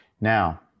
Now